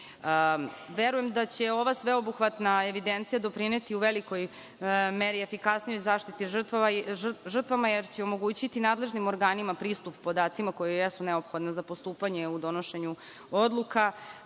sudovi. Verujem da će ova sveobuhvatna evidencija doprineti u velikoj meri efikasnijoj zaštiti žrtava, jer će omogućiti nadležnim organima pristup podacima koji jesu neophodni za postupanje u donošenju odluka